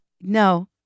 No